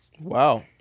Wow